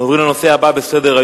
אנחנו עוברים לנושא הבא בסדר-היום: